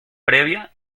previa